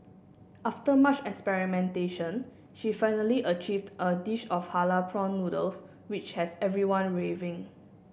after much experimentation she finally achieved a dish of halal prawn noodles which has everyone raving